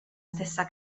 stessa